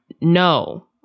No